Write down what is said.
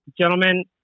Gentlemen